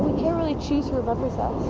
cant really choose who remembers us,